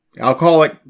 alcoholic